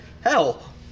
hell